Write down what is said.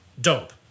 Dope